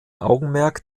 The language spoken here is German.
augenmerk